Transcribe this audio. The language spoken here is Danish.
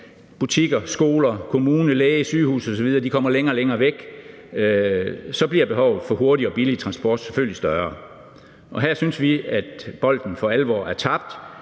butikker, skoler, kommune, læge, sygehuse osv. kommer længere og længere væk, så bliver behovet for hurtig og billig transport selvfølgelig større. Og her synes vi, at bolden for alvor er tabt.